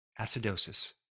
acidosis